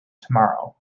tomorrow